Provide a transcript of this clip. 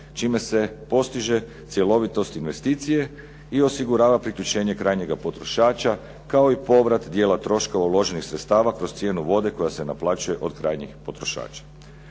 čime se postiže cjelovitost investicije i osigurava priključenje krajnjega potrošača kao i povrat dijela troškova uloženih sredstava kroz cijenu vode koja se naplaćuje od krajnjih potrošača.